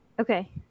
Okay